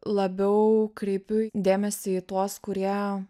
labiau kreipiu dėmesį į tuos kurie